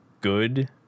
good